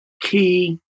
key